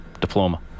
diploma